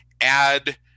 add